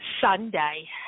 Sunday